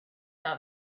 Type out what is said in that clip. how